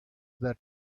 that